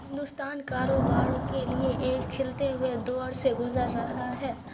ہندوستان کاروبار کے لیے ایک کھلتے ہوئے دور سے گزر رہا ہے